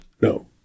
No